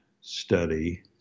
study